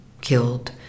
killed